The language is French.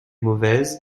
mauvaise